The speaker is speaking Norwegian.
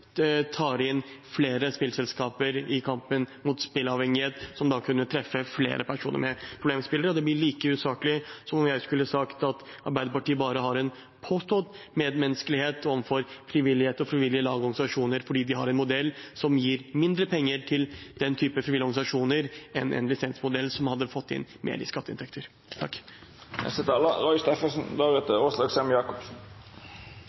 tar inn flere spillselskaper i kampen mot spilleavhengighet, som da kunne treffe flere personer med problemspillingen. Og det blir like usaklig som om jeg skulle sagt at Arbeiderpartiet bare har en påstått medmenneskelighet overfor frivillighet og frivillige lag og organisasjoner, fordi de har en modell som gir mindre penger til den typen frivillige organisasjoner enn en lisensmodell, som hadde fått inn mer i skatteinntekter.